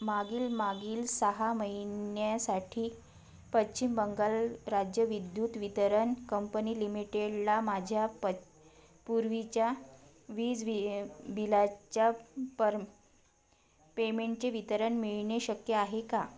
मागील मागील सहा महिन्यासाठी पश्चिम बंगाल राज्यविद्युत वितरण कंपनी लिमिटेडला माझ्या प पूर्वीच्या वीज वि बिलाच्या पर पेमेंटचे वितरण मिळणे शक्य आहे का